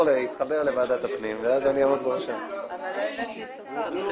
תעשה